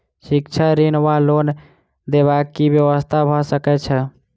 शिक्षा ऋण वा लोन देबाक की व्यवस्था भऽ सकै छै?